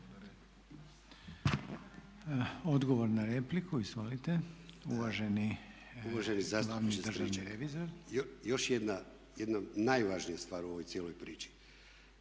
revizor. **Klešić, Ivan** Uvaženi zastupniče Stričak, još jedna najvažnija stvar u ovoj cijeloj priči.